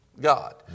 God